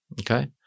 Okay